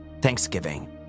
Thanksgiving